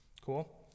Cool